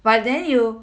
but then you